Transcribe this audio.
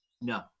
No